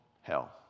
hell